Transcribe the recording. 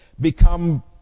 become